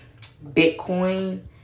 Bitcoin